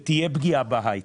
ותהיה פגיעה בהייטק,